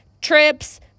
trips